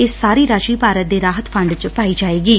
ਇਹ ਸਾਰੀ ਰਾਸ਼ੀ ਭਾਰਤ ਦੇ ਰਾਹਤ ਫੰਡ ਚ ਪਾਈ ਜਾਏਗੀ